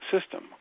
system